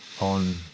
on